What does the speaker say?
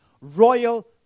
Royal